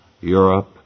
Europe